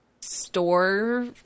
store